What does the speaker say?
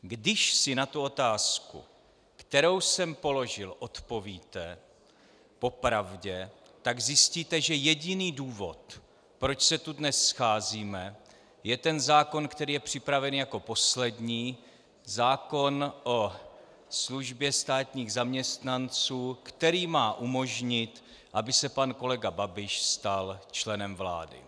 Když si na tu otázku, kterou jsem položil, odpovíte po pravdě, tak zjistíte, že jediný důvod, proč se tu dnes scházíme, je zákon, který je připraven jako poslední, zákon o službě státních zaměstnanců, který má umožnit, aby se pan kolega Babiš stal členem vlády.